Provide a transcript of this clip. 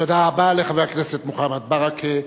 תודה רבה לחבר הכנסת מוחמד ברכה.